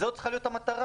זאת צריכה להיות המטרה.